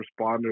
responders